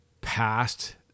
past